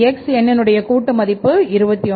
x எண்ணினுடைய கூட்டு மதிப்பு 21